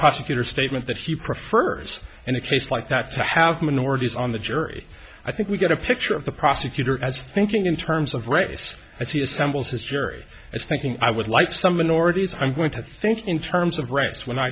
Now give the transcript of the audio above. prosecutor statement that he prefers and a case like that to have minorities on the jury i think we get a picture of the prosecutor as thinking in terms of race as he assembled his jury as thinking i would like some minorities i'm going to think in terms of race when i